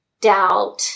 doubt